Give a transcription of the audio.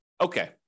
okay